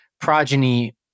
progeny